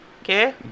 Okay